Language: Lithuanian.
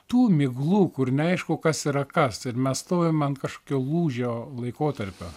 tų miglų kur neaišku kas yra kas ir mes stovime ant kažkokio lūžio laikotarpio